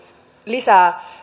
lisää